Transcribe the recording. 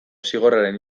zigorraren